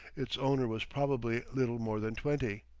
its owner was probably little more than twenty.